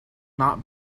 not